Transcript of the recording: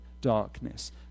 darkness